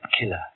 killer